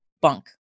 bunk